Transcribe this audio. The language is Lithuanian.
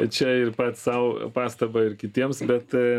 čia ir pats sau pastabą ir kitiems bet